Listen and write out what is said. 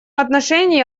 отношении